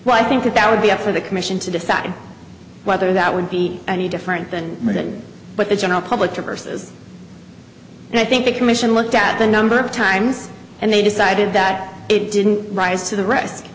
well i think that that would be up for the commission to decide whether that would be any different than that but the general public traverses and i think the commission looked at the number of times and they decided that it didn't rise to the r